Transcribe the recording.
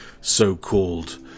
so-called